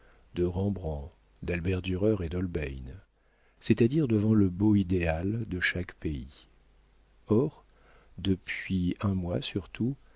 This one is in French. de rembrandt d'albert durer et d'holbein c'est-à-dire devant le beau idéal de chaque pays or depuis un mois surtout